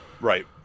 Right